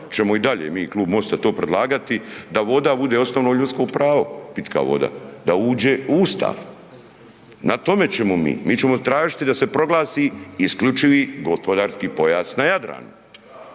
ćemo i dalje, mi Klub MOST-a to predlagati, da voda bude osnovno ljudsko pravo, pitka voda, da uđe u Ustav, na tome ćemo mi. Mi ćemo tražiti da se proglasi isključivi gospodarski pojas na Jadranu.